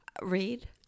Read